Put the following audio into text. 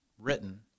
written